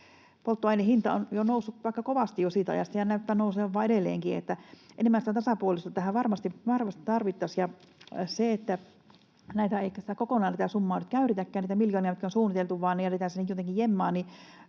polttoaineen hinta on jo noussut aika kovasti siitä ajasta ja näyttää nousevan vain edelleenkin, niin että enemmän sitä tasapuolisuutta tähän varmasti tarvittaisiin. Se, että sitä summaa ei nyt käytetäkään kokonaan — niitä miljoonia, jotka on suunniteltu — vaan ne jätetään sinne jotenkin jemmaan,